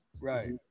Right